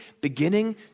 beginning